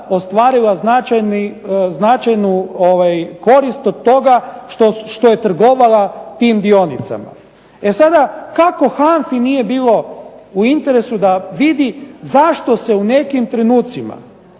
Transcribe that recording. ostvarila značajnu korist od toga što je trgovala tim dionicama. E sada kako HANFA-i nije bilo u interesu da vidi zašto se u nekim trenutcima